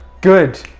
Good